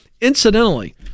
Incidentally